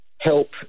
help